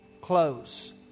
close